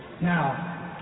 Now